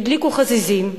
הדליקו חזיזים,